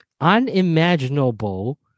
unimaginable